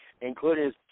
including